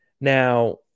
Now